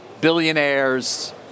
billionaires